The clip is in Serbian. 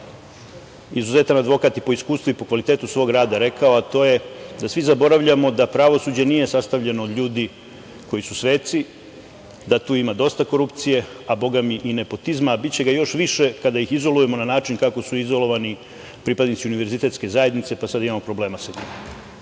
izuzetan advokat po iskustvu i po kvalitetu svog rada, rekao, a to je da svi zaboravljamo da pravosuđe nije sastavljeno od ljudi koji su sveci, da tu ima dosta korupcije, a bogami i nepotizma, a biće ga još više kada ih izolujemo na način kako su izolovani pripadnici univerzitetske zajednice, pa sada imamo problema sa